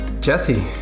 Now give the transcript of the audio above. Jesse